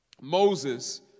Moses